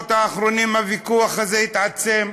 ובשבועות האחרונים הוויכוח הזה התעצם,